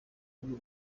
kuri